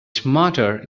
smarter